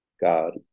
God